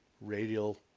radial